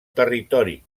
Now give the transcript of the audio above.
territori